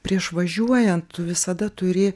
prieš važiuojant tu visada turi